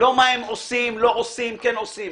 לא מה הם עושים, לא עושים, כן עושים.